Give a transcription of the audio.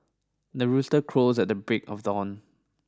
the rooster crows at the break of dawn